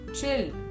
chill